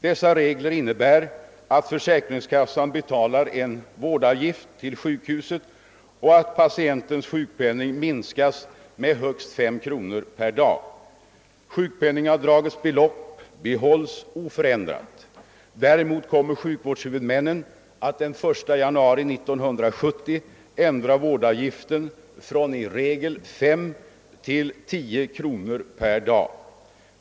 Dessa regler innebär att försäkringskassan betalar en vårdavgift till sjukhuset och att patientens sjukpenning minskas med högst 5 kronor per dag. Sjukpenningavdragets belopp behålls oförändrat. Däremot kommer sjukvårdshuvudmännen att den 1 januari 1970 ändra vårdavgiften från i regel 5 kronor till 10 kronor per dag.